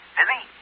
Busy